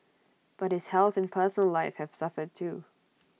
but his health and personal life have suffered too